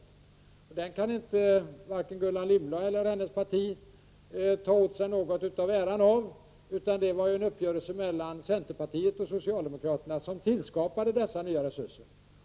Tillkomsten av den fonden kan inte Gullan Lindblad eller hennes parti ta åt sig äran av; det var ju en uppgörelse mellan centerpartiet och socialdemokraterna som tillskapade dessa nya resurser.